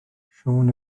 siôn